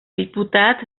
diputat